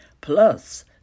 Plus